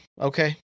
okay